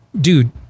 Dude